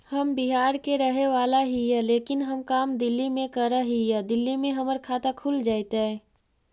हम बिहार के रहेवाला हिय लेकिन हम काम दिल्ली में कर हिय, दिल्ली में हमर खाता खुल जैतै?